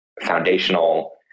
foundational